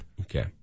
Okay